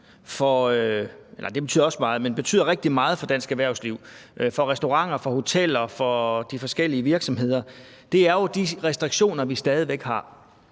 jeg ikke et øjeblik er i tvivl om betyder rigtig meget for dansk erhvervsliv – for restauranter, for hoteller, for de forskellige virksomheder – er jo de restriktioner, vi stadig væk har.